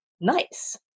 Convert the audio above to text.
nice